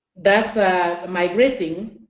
that's ah migrating.